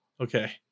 okay